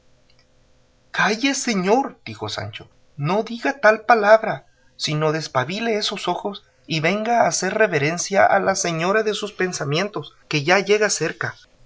calle señor dijo sancho no diga la tal palabra sino despabile esos ojos y venga a hacer reverencia a la señora de sus pensamientos que ya llega cerca